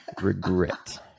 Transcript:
Regret